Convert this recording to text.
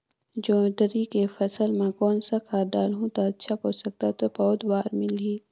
जोंदरी के फसल मां कोन सा खाद डालहु ता अच्छा पोषक तत्व पौध बार मिलही?